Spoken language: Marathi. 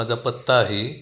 माझा पत्ता आहे